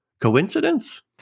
Coincidence